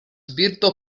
birdo